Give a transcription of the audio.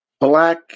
Black